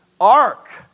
ark